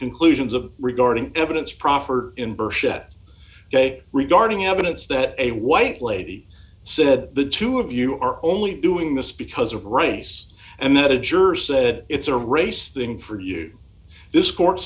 conclusions of regarding evidence proffered shet ok regarding evidence that a white lady said the two of you are only doing this because of rice and that a juror said it's a race thing for you this court